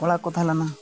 ᱚᱲᱟᱜ ᱠᱚ ᱛᱟᱦᱮᱸ ᱞᱮᱱᱟ